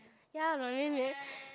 ya 软绵绵